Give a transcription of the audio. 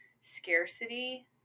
scarcity